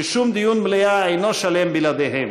ששום דיון מליאה אינו שלם בלעדיהם,